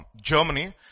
Germany